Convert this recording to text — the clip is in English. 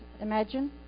imagine